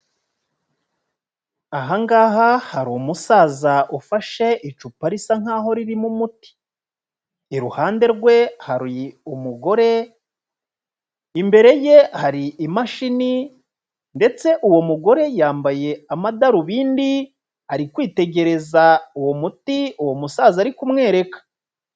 Ahangaha hari umusaza ufashe icupa risa nk'aho ririmo umuti, iruhande rwe hari umugore, imbere ye hari imashini ndetse uwo mugore yambaye amadarubindi ari kwitegereza uwo muti uwo musaza ari kumwereka.